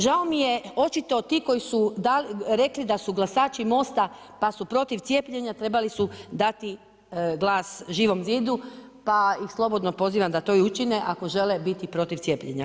Žao mi je očito ti koji su rekli da su glasači Mosta pa su protiv cijepljenja, trebali su dati glas Živom zidu, pa ih slobodno pozivam da to i učine ako žele biti protiv cijepljenja.